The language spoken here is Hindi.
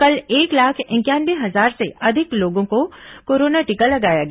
कल एक लाख इंक्यानवे हजार से अधिक लोगों को कोरोना टीका लगाया गया